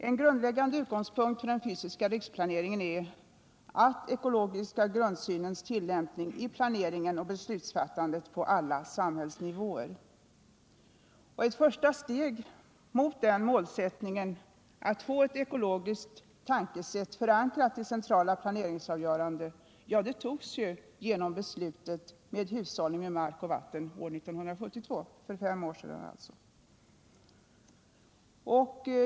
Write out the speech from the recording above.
En grundläggande utgångspunkt för den fysiska riksplaneringen är den ekologiska grundsynens tillämpning i planeringen och beslutsfattandet på alla samhällsnivåer. Ett första steg mot målsättningen att få ett ekologiskt tänkesätt förankrat i det centrala planeringsavgörandet togs ju genom beslutet om riktlinjer för hushållning med mark och vatten år 1972 - för fem år sedan alltså.